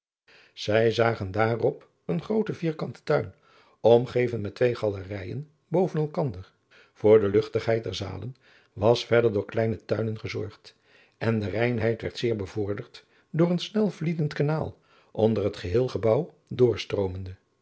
zij zagen daarop een grooten vierkanten tuin omgeven met twee galerijen boven elkander voor de luchtigheid der zalen was verder door kleine tuinen gezorgd en de reinheid werd zeer bevorderd door een snelvlietend kanaal onder het geheel gebouw